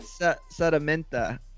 Sedimenta